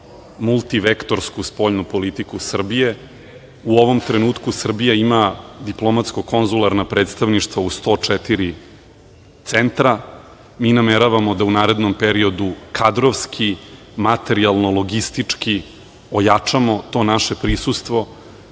multivektorsku spoljnu politiku Srbije.U ovom trenutku Srbija ima diplomatsko-konzularna predstavništva u 104 centra. Mi nameravamo da u narednom periodu kadrovski, materijalno, logistički ojačamo to naše prisustvo.